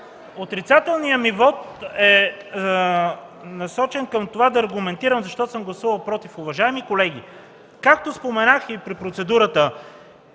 Отрицателният ми вот е насочен към това да аргументирам защо съм гласувал „против”. Уважаеми колеги, както споменах и при процедурата,